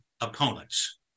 opponents